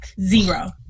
zero